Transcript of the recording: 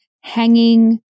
hanging